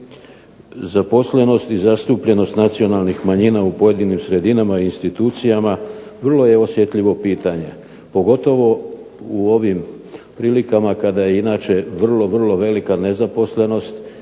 Zaposlenost i zastupljenost nacionalnih manjina u pojedinim sredinama i institucijama vrlo je osjetljivo pitanje pogotovo u ovim prilikama kada je inače vrlo velika nezaposlenost